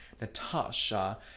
Natasha